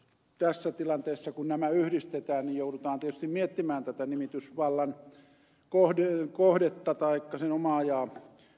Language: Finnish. tässä tilanteessa kun nämä yhdistetään niin joudutaan tietysti miettimään tätä nimitysvallan kohdetta taikka sen omaajaa